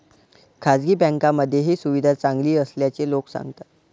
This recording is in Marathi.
खासगी बँकांमध्ये ही सुविधा चांगली असल्याचे लोक सांगतात